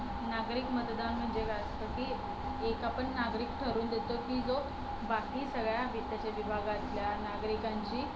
नागरिक मतदान म्हणजे काय असतं की एक आपण नागरिक ठरवून देतो की जो बाकी सगळ्या वित्तचर विभागातल्या नागरिकांची